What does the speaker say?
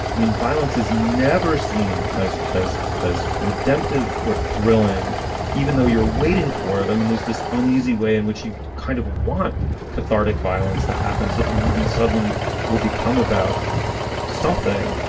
i mean violence is never seen as as as redemptive or thrilling even though you're waiting for it. i mean there's this uneasy way in which you kind of want cathartic violence to happen so the movie suddenly will become about something.